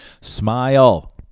Smile